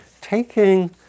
taking